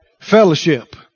Fellowship